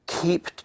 Keep